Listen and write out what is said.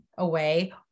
away